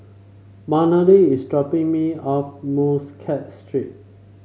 Melony is dropping me off Muscat Street